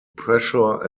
pressure